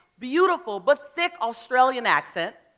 beautiful, but thick australian accent.